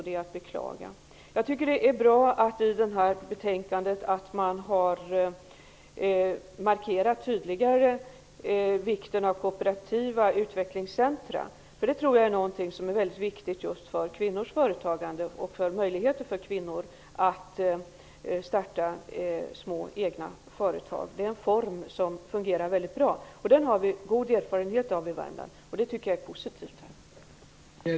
Det är att beklaga. Jag tycker att det är bra att man i detta betänkande tydligare markerar vikten av kooperativa utvecklingscentrum. Jag tror att sådana är väldigt viktiga just för kvinnors företagande och för kvinnors möjligheter att starta små egna företag. Det är en form som fungerar väldigt bra, och den har vi god erfarenhet av i Värmland. Det tycker jag är positivt här.